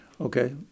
okay